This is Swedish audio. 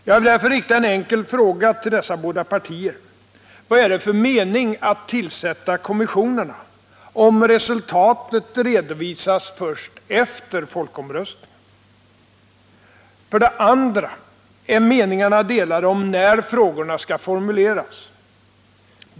Jag vill därför rikta en enkel fråga till dessa båda partier: Vad är det för mening med att tillsätta de båda kommissionerna, om resultatet redovisas först efter folkomröstningen? För det andra är meningarna delade om när frågorna skall formuleras.